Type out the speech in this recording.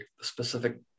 specific